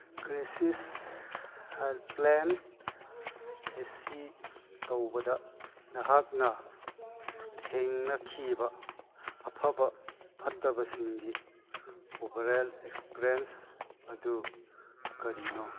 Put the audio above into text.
crisis helpline ꯑꯁꯤ ꯇꯧꯕꯗ ꯅꯍꯥꯛꯅ ꯊꯦꯡꯅꯈꯤꯕ ꯑꯐꯕ ꯐꯠꯇꯁꯤꯡꯒꯤ ꯑꯣꯕꯔꯑꯣꯜ ꯑꯦꯛꯁꯄꯤꯔꯤꯌꯦꯟꯁ ꯑꯗꯨ ꯀꯔꯤꯅꯣ